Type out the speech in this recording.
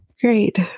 Great